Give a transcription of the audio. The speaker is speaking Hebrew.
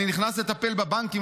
אני נכנס לטפל בבנקים,